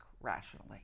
rationally